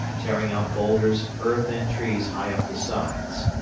tearing out boulders, earth and trees high up the sides.